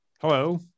Hello